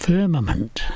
Firmament